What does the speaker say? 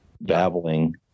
babbling